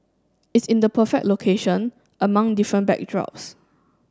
it's in the perfect location among different backdrops